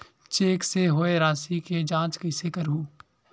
Cheque से होए राशि के जांच कइसे करहु?